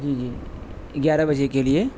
جی جی گیارہ بجے کے لیے